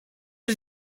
did